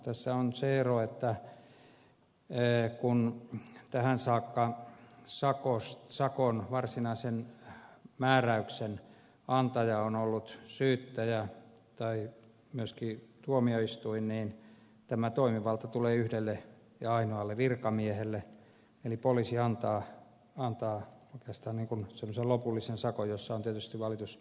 tässä on se ero että kun tähän saakka sakon varsinaisen määräyksen antaja on ollut syyttäjä tai myöskin tuomioistuin niin nyt tämä toimivalta tulee yhdelle ja ainoalle virkamiehelle eli poliisi antaa tässä semmoisen lopullisen sakon jossa on tietysti valitusmenettelyt